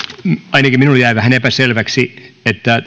ainakin minulle jäi vähän epäselväksi